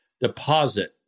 deposit